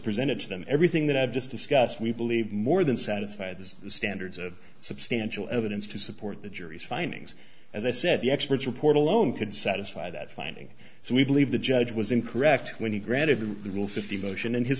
presented to them everything that i've just discussed we believe more than satisfy the standards of substantial evidence to support the jury's findings as i said the expert's report alone could satisfy that finding so we believe the judge was incorrect when he granted the rule fifty motion and his